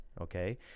okay